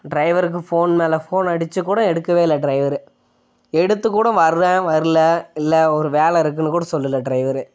டிரைவருக்கு ஃபோன் மேலே ஃபோன் அடிச்சு கூட எடுக்கவே இல்லை டிரைவர் எடுத்துக்கூடம் வர்றேன் வரல இல்லை ஒரு வேலை இருக்குதுனு கூட சொல்லல டிரைவர்